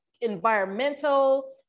environmental